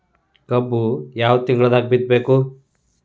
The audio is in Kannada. ಕಬ್ಬು ಯಾವ ತಿಂಗಳದಾಗ ಬಿತ್ತಬೇಕು?